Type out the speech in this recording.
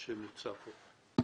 שנמצא פה.